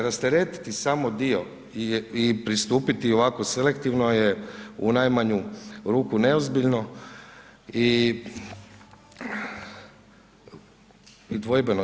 Rasteretiti samo dio i pristupiti i ovako selektivno je u najmanju ruku neozbiljno i dvojbeno.